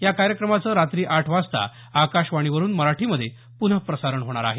या कार्यक्रमाचं रात्री आठ वाजता आकाशवाणीवरून मराठीमध्ये प्नः प्रसारण होणार आहे